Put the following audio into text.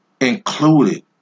included